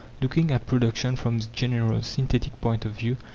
looking at production from this general, synthetic point of view,